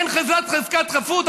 אין חזקת חפות?